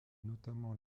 notamment